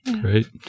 Great